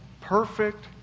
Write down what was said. perfect